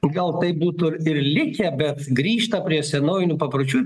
gal taip būtų ir likę bet grįžta prie senovinių papročių